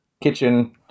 kitchen